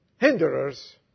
hinderers